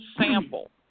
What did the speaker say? sample